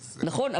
נכון,